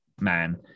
man